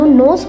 no